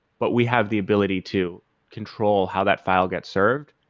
but we have the ability to control how that file gets served